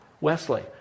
Wesley